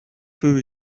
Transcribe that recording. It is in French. feu